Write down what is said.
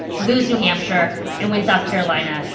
lose new hampshire and win south carolina?